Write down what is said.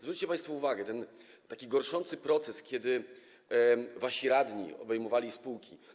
Zwróćcie państwo uwagę na ten taki gorszący proces, kiedy wasi radni obejmowali spółki.